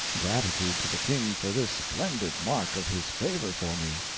gratitude to the king for this splendid mark of his favor for me.